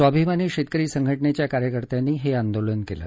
स्वाभिमानी शेतकरी संघटनेच्या कार्यकर्त्यांनी हे आंदोलन केलं